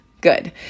good